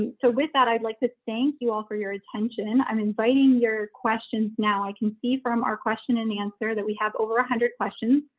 so with that, i'd like to thank you all for your attention. i'm inviting your questions now i can see from our question in the answer that we have over a hundred questions.